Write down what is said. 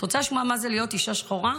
את רוצה לשמוע מה זה להיות אישה שחורה?